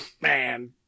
man